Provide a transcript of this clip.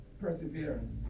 perseverance